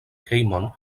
hejmon